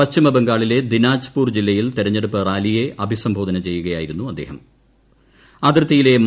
പശ്ചിമബംഗാളിലെ ദിനാജ്പൂർ ജില്ലയിൽ തെരഞ്ഞെടുപ്പ് റാലിയെ അഭിസംബോധന ചെയ്യുകയായിരുന്നു അതിർത്തിയിലെ അദ്ദേഹം